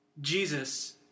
Jesus